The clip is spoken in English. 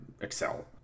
Excel